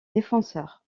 défenseur